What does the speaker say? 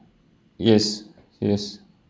yes yes